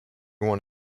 one